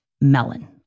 melon